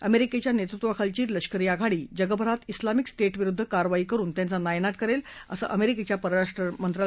अमेरिकेच्या नेतृत्वाखालची लष्करी आघाडी जगभरात उलामिक स्टेटविरुद्ध कारवाई करुन त्यांचा नायनाट करेल असं अमेरिकेच्या परराष्ट्र मंत्रालयानं म्हटलं आहे